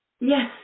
Yes